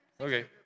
Okay